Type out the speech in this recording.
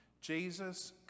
Jesus